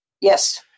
Yes